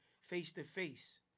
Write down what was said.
face-to-face